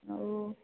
ଆଉ